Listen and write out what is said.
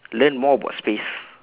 learn more about space